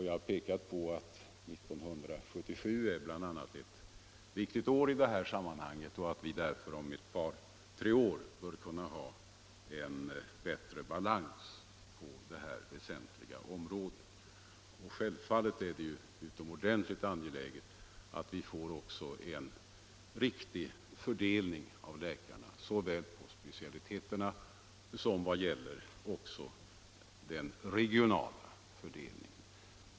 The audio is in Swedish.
Jag har pekat på att 1977 bl.a. är ett viktigt år i sammanhanget och att vi därför om ett par tre år bör kunna ha bättre balans på detta väsentliga område. Självfallet är det utomordentligt angeläget att vi också får en riktig fördelning av läkarna — det gäller såväl fördelningen på specialiteterna som den regionala fördelningen.